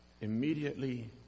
immediately